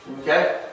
okay